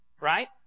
right